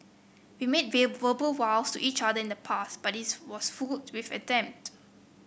we made verbal vows to each other in the past but it was full attempt